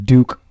Duke